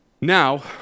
Now